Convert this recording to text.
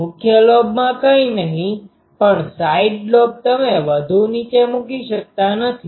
મુખ્ય લોબમાં કંઈ નહીં પણ સાઇડ લોબ તમે વધુ નીચે મૂકી શકતા નથી